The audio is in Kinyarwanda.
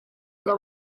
aba